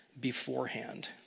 beforehand